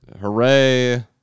hooray